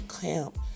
camp